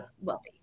wealthy